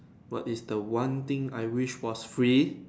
what is the one thing I wish for free